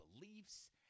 beliefs